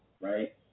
right